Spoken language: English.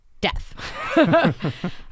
death